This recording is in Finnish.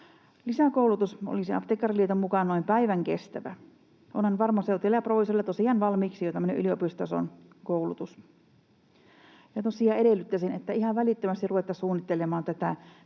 Lisäkoulutus olisi Apteekkariliiton mukaan noin päivän kestävä, onhan farmaseuteilla ja proviisoreilla tosiaan valmiiksi jo tämmöinen yliopistotason koulutus. Tosiaan edellyttäisin, että ihan välittömästi ruvettaisiin suunnittelemaan tätä,